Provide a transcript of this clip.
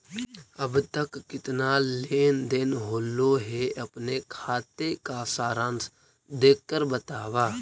अब तक कितना लेन देन होलो हे अपने खाते का सारांश देख कर बतावा